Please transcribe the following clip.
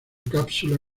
cápsula